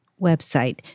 website